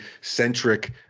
centric